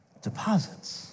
deposits